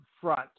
front